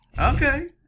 okay